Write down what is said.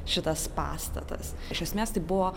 šitas pastatas iš esmės tai buvo